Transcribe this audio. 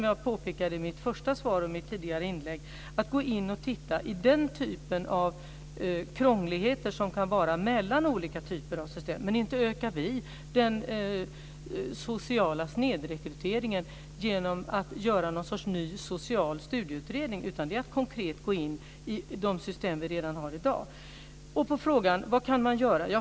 Jag påpekade i mitt svar och i mitt förra inlägg att man måste se över den typen av krångligheter som finns mellan olika typer av system. Men inte minskar vi den sociala snedrekryteringen genom att göra någon ny social studieutredning, utan det sker genom att konkret gå in i de system som finns i dag. Frågan var vad som kan göras.